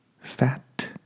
Fat